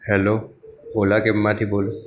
hello Ola કૅબમાંથી બોલો